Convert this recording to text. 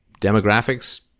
Demographics